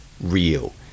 real